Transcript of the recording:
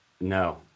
No